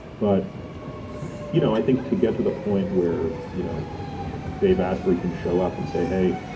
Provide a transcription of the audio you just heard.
but you know, i think to get to the point where you know dave asprey can show up and say, hey,